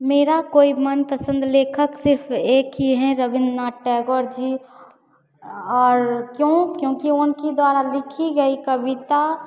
मेरा कोई मनपसन्द लेखक सिर्फ एक ही हैं रवीन्द्र नाथ टैगोर जी और क्यों क्योंकि उनकी द्वारा लिखी गई कविता